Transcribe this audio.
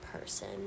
person